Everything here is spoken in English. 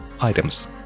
items